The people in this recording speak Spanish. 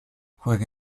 juega